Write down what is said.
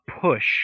push